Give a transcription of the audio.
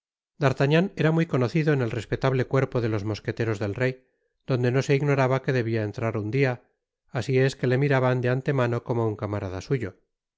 era muy conocido en el respetable cuerpo de los mosqueteros del rey donde no se ignoraba que debia entrar un dia asi es que le miraban de antemano como un camarada suyo